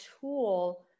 tool